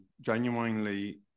genuinely